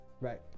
Right